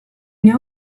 know